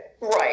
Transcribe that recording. Right